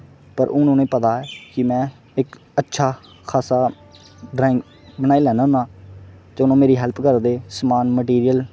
पर हून उ'नेंगी पता ही कि में इक अच्छा खासा ड्रांइग बनाई लैन्ना होन्ना चलो मेरी हेल्प करदे समान मिटीरयल